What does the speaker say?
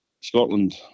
Scotland